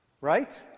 Right